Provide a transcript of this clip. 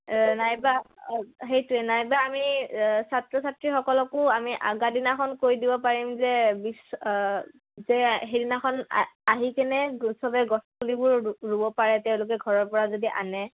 নাইবা সেইটোৱে নাইবা আমি ছাত্ৰ ছাত্ৰীসকলকো আমি আগাদিনাখন কৈ দিব পাৰিম যে বিশ্ব যে সেইদিনাখন আহি কিনে চবেই গছপুলিবোৰ ৰুব পাৰে তেওঁলোকে ঘৰৰপৰা যদি আনে